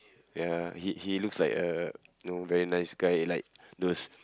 ya he he looks like a you know very nice guy like those